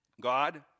God